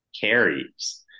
carries